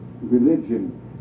religion